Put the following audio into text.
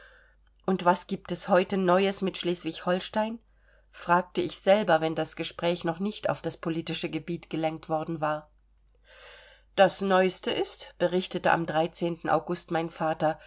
und was gibt es heute neues mit schleswig holstein fragte ich selber wenn das gespräch noch nicht auf das politische gebiet gelenkt worden war das neueste ist berichtete am august mein vater